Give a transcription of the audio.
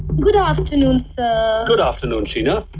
good afternoon, sir. good afternoon, sheena.